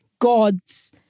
gods